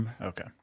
Okay